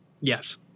Yes